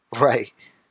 Right